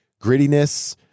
Grittiness